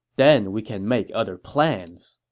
then we can make other plans.